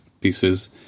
pieces